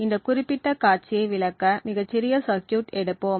இந்த குறிப்பிட்ட காட்சியை விளக்க மிகச் சிறிய சர்க்யூட் எடுப்போம்